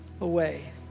away